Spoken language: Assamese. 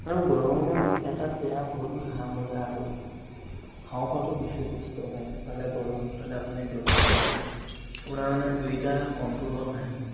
আৰু গৰমত এটা বেয়া বহুত ঘাম ওলাই আৰু হাওঁফাওঁটোৱে বেছি কষ্ট গায় এফালে গৰম এফালে আপুনি দৌৰিছে আপোনাৰ মানে দুয়োটা কণ্ট্ৰলত নাহে